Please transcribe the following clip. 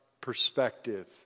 perspective